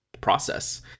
process